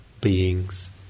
beings